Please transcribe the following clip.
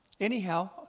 Anyhow